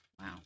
Wow